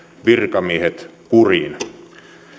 virkamiehet kuriin